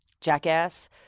Jackass